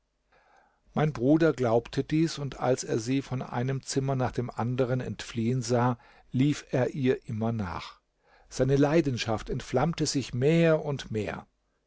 mein bruder glaubte dies und als er sie von einem zimmer nach dem anderen entfliehen sah lief er ihr immer nach seine leidenschaft entflammte sich mehr und mehr